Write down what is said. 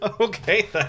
Okay